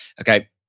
Okay